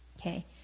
Okay